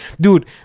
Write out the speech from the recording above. Dude